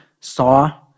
saw